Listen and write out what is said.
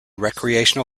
recreational